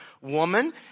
woman